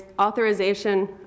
authorization